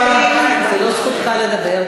חבר הכנסת ילין, זו לא זכותך לדבר.